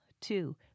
two